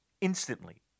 Instantly